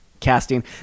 casting